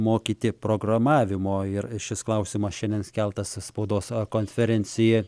mokyti programavimo ir šis klausimas šiandien skeltas spaudos konferencija